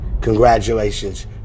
Congratulations